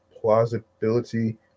plausibility